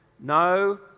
No